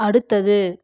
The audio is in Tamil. அடுத்தது